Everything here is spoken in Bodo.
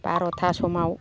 बार'था समाव